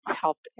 helped